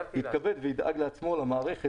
יתכבד וידאג לעצמו למערכת,